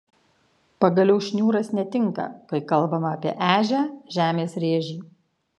pagaliau šniūras netinka kai kalbame apie ežią žemės rėžį